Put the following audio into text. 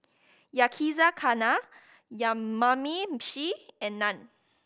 Yakizakana Yamameshi and Naan